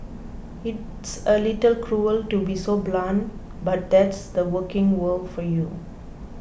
it's a little cruel to be so blunt but that's the working world for you